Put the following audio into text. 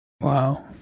Wow